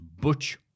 Butch